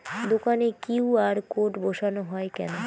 দোকানে Q R code বসানো হয় কেন?